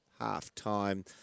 half-time